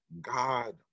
God